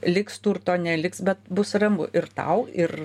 liks turto neliks bet bus ramu ir tau ir